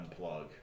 unplug